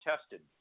tested